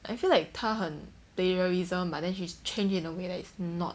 I feel like 她很 plagiarism but then she's change in a way that it's not